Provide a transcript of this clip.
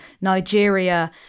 Nigeria